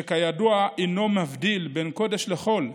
שכידוע אינו מבדיל בין קודש לחול,